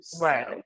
right